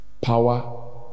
Power